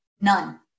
none